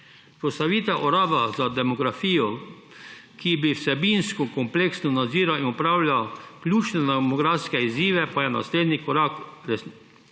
Vzpostavitev urada za demografijo, ki bi vsebinsko kompleksno nadziral in upravljal ključne demografske izzive pa je naslednji korak k resničnejšemu